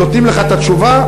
נותנים לך את התשובה,